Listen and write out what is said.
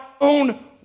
own